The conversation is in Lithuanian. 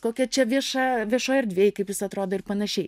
kokia čia vieša viešoj erdvėj kaip jis atrodo ir panašiai